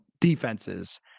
defenses